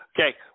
Okay